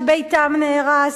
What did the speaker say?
שביתם נהרס,